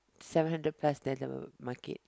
seven hundred plus there the market